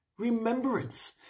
remembrance